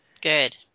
Good